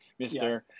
Mr